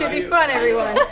be fun, everyone.